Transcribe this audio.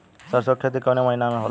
सरसों का खेती कवने महीना में होला?